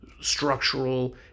structural